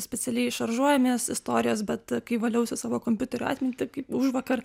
specialiai šaržuojamės istorijas bet kai valiausi savo kompiuterio atmintį kaip užvakar